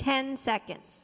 ten seconds